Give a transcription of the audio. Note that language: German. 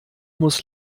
muss